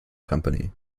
company